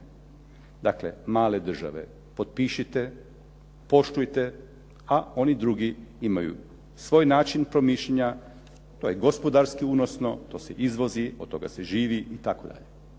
Dakle, male države, potpišite, poštujte, a oni drugi imaju svoj način promišljanja, to je gospodarski unosno, to se izvozi, od toga se živi itd. To je